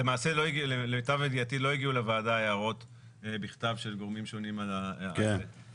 כי למיטב ידיעתי לא הגיעו לוועדה הערות של גורמים שונים על ההצעה